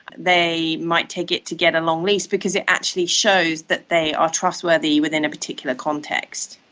they might take it to get a long lease because it actually shows that they are trustworthy within a particular context.